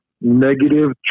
negative